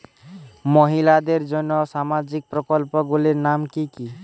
মহিলাদের জন্য সামাজিক প্রকল্প গুলির নাম কি কি?